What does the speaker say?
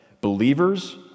believers